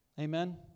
Amen